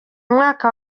mwaka